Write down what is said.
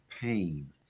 pain